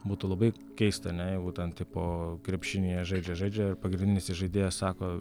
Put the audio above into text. būtų labai keista ane jeigu ten tipo krepšinyje žaidžia žaidžia ir pagrindinis įžaidėjas sako